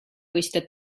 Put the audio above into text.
questa